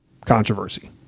controversy